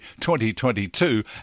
2022